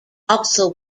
also